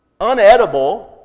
unedible